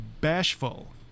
Bashful